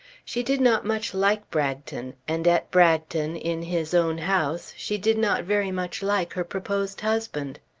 she did not much like bragton, and at bragton, in his own house, she did not very much like her proposed husband.